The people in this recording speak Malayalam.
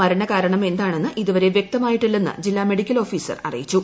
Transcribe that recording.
മരണകാരണം എന്താണെന്ന് ഇതുവരെ വ്യക്തമായിട്ടില്ലെന്ന് ജില്ലാ മെഡിക്കൽ ഓഫീസർ അറിയിച്ചു